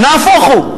נהפוך הוא.